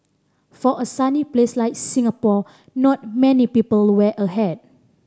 for a sunny place like Singapore not many people wear a hat